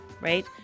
right